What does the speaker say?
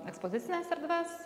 ekspozicines erdves